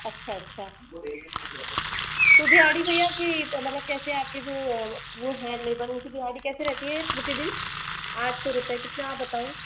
अच्छा अच्छा तो दिहाड़ी भैया कि मतलब कैसे आपके जो वो हैं लेबर वो है उनकी दिहाड़ी कैसे रहती है प्रतिदिन आठ सौ रुपए कितना आप बाताओ